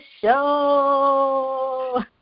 show